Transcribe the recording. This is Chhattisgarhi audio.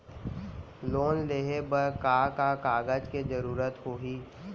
लोन लेहे बर का का कागज के जरूरत होही?